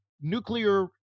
nuclear